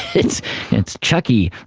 it's it's chucky!